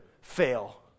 fail